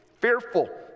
fearful